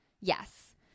Yes